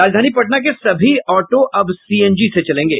राजधानी पटना के सभी ऑटो अब सीएनजी से चलेंगे